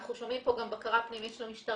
אנחנו שומעים פה גם בקרה פנימית של המשטרה.